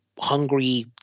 hungry